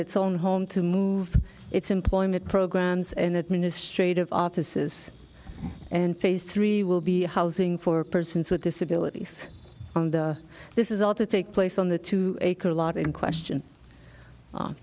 its own home to move its employment programs and administrative offices and phase three will be housing for persons with disabilities and this is all to take place on the two acre lot in question